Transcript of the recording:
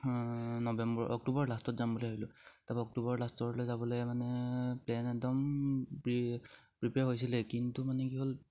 November October লাষ্টত যাম বুলি ভাবিলোঁ তাৰপা অক্টোবৰ লাষ্টলৈ যাবলে মানে প্লেন একদম প্ৰিপেয়াৰ হৈছিলে কিন্তু মানে কি হ'ল